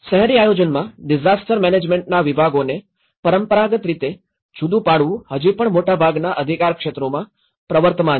શહેરી આયોજનમાં ડિઝાસ્ટર મેનેજમેન્ટના વિભાગોને પરંપરાગત રીતે જુદું પાડવું હજી પણ મોટાભાગના અધિકારક્ષેત્રોમાં પ્રવર્તમાન છે